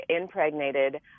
impregnated